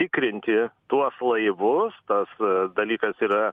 tikrinti tuos laivus tas dalykas yra